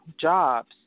jobs